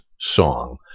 song